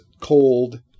cold